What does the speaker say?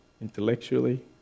intellectually